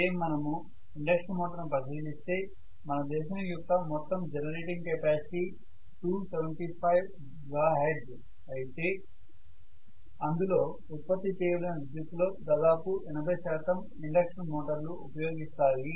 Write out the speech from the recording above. అదే మనము ఇండక్షన్ మోటారును పరిశీలిస్తే మన దేశం యొక్క మొత్తం జెనరేటింగ్ కెపాసిటీ 275GW అయితే అందులో ఉత్పత్తి చేయబడిన విద్యుత్తులో దాదాపు 80 శాతం ఇండక్షన్ మోటార్లు ఉపయోగిస్తాయి